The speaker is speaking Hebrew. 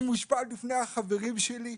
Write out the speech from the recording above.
אני מושפל בפני החברים שלי.